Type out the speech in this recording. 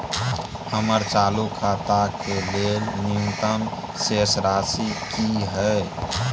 हमर चालू खाता के लेल न्यूनतम शेष राशि की हय?